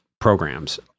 programs